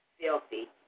filthy